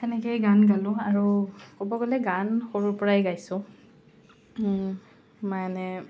সেনেকেই গান গালোঁ আৰু ক'ব গ'লে গান সৰুৰ পৰাই গাইছোঁ মানে